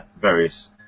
various